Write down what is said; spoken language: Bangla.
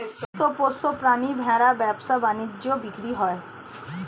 গৃহস্থ পোষ্য প্রাণী ভেড়া ব্যবসা বাণিজ্যে বিক্রি হয়